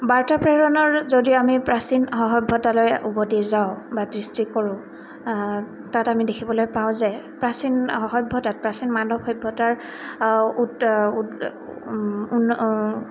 বাৰ্তা প্ৰেৰণৰ যদি আমি প্ৰাচীন স সভ্যতালৈ উভতি যাওঁ বা দৃষ্টি কৰোঁ তাত আমি দেখিবলৈ পাওঁ যে প্ৰাচীন অ সভ্যতাত প্ৰাচীন মানৱ সভ্যতাৰ